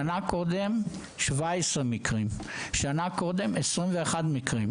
בשנה הקודמת 17 מקרים, בשנה שלפני כן 21 מקרים.